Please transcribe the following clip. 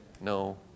no